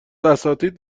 اساتید